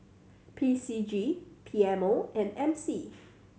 P C G P M O and M C